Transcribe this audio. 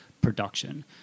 production